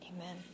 amen